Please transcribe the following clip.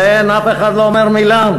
עליהן אף אחד לא אומר מילה?